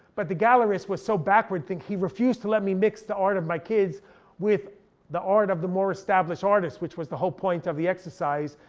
but the galerist was so backward, he refused to let me mix the art of my kids with the art of the more established artists, which was the whole point of the exercise.